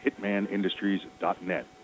hitmanindustries.net